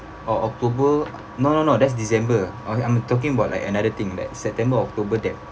or october no no no that's december I am talking about like another thing that september october that